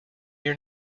your